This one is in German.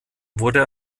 wurde